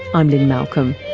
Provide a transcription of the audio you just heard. i'm lynne malcolm,